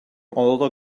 alter